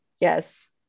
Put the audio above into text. yes